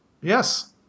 Yes